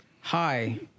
hi